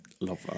love